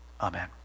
Amen